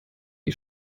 die